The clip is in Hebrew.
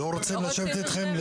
לייזר, הם לא רוצים לשבת איתכם?